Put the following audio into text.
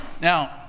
Now